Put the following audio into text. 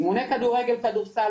אימוני כדורגל וכדורסל,